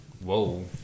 Whoa